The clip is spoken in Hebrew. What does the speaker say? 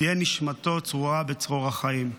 תהיה נשמתו צרורה בצרור החיים.